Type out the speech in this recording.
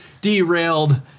derailed